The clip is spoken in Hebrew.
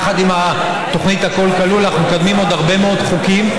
יחד עם התוכנית הכול כלול אנחנו מקדמים עוד הרבה מאוד חוקים,